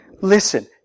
Listen